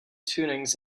tunings